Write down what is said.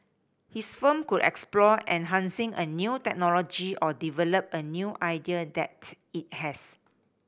his firm could explore enhancing a new technology or develop a new idea that it has